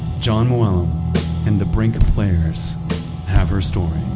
jon mooallem and the brink and players have her story